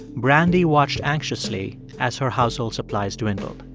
brandy watched anxiously as her household supplies dwindled.